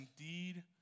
indeed